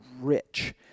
rich